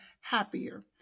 happier